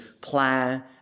plan